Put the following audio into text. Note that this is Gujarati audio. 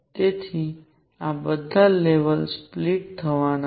તેથી આ બધા લેવલ સ્પ્લીટ થવાના છે